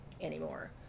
anymore